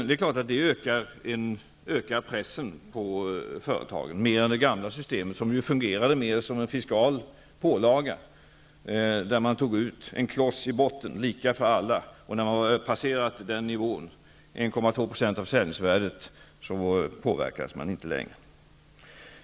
Det är klart att det ökar pressen på företagen, mer än det gamla systemet, som fungerade mer som en fiskal pålaga. Det togs ut en kloss i botten, lika för alla. När man hade passerat den nivån, 1,2 % av försäljningsvärdet, påverkades man inte längre.